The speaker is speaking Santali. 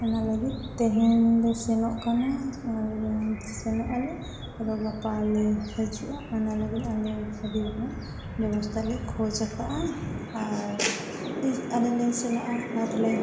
ᱚᱱᱟ ᱞᱟᱹᱜᱤᱫ ᱛᱮᱦᱮᱧ ᱞᱮ ᱥᱮᱱᱚᱜ ᱠᱟᱱᱟ ᱟᱨ ᱥᱮᱱᱚᱜᱼᱟᱞᱮ ᱟᱨᱦᱚᱸ ᱜᱟᱯᱟᱞᱮ ᱦᱤᱡᱩᱜᱼᱟ ᱚᱱᱟ ᱞᱟᱹᱜᱤᱫ ᱟᱞᱮ ᱜᱟᱹᱰᱤ ᱨᱮᱡᱟᱜ ᱵᱮᱵᱚᱥᱛᱟ ᱞᱮ ᱠᱷᱚᱡᱟᱠᱟᱜᱼᱟ ᱟᱨ ᱱᱤᱡᱽ ᱟᱞᱮ ᱞᱮ ᱪᱞᱟᱜᱼᱟ ᱟᱨᱞᱮ